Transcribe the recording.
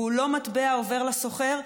והוא לא מטבע עובר לסוחר,